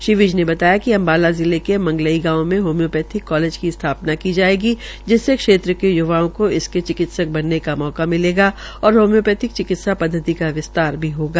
श्री विज ने बताया कि अम्बाला जिले के मंगलई गांव में हौम्योपैथिक कालेज की स्थापना की जायेगी जिससे क्षेत्र के य्वाओं को इसके चिकित्सक बनने का मौका मिलेगा और होम्योपैथिक चिकित्सा पद्वति का विस्तार भी होगा